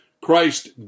Christ